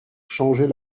changer